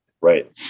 Right